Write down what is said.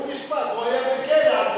אני מודיע כאן לכנסת,